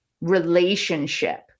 relationship